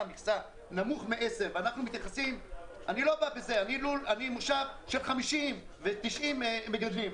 המכסה נמוך מ-10- -- אני מושב של 50 ו-90 מגדלים,